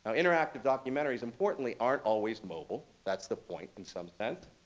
um interactive documentaries importantly aren't always mobile. that's the point in some sense.